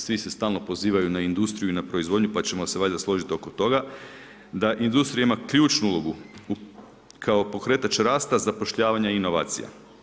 Svi se stalno pozivaju na industriju i na proizvodnju, pa ćemo se valjda složiti oko toga da industrija ima ključnu ulogu kao pokretač rasta, zapošljavanja i inovacija.